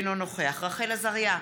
אינו נוכח רחל עזריה,